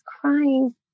crying